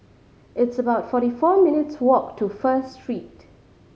it's about forty four minutes' walk to First Street